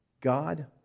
God